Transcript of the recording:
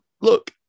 look